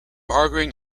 arguing